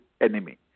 enemy